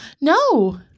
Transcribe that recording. No